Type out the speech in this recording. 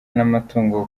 n’amatungo